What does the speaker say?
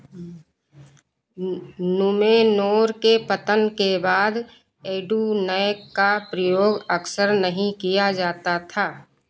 Numenor के पतन के बाद एडुनैक का प्रयोग अक्सर नहीं किया जाता था